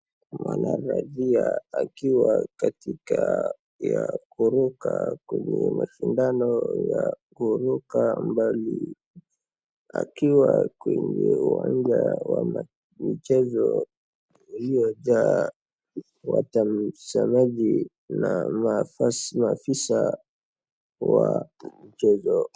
Mwanarajia akiwa katika ya kuruka kwenye mashindano ya kuruka bali, akiwa kwenye uwanja wa michezo uliyojaa watazamaji na maafisa wa mchezo.